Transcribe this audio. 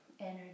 energy